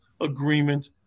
agreement